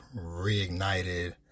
reignited